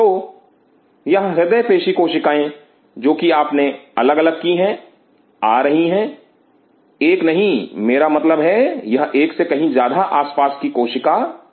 तो यह हृदय पेशीकोशिकाएं जो कि आपने अलग अलग की हैं आ रही हैं Refer Time 1324 एक नहीं मेरा मतलब है यह एक से कहीं ज्यादा आसपास की कोशिका आती हैं